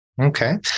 Okay